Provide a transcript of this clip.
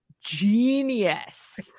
genius